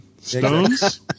Stones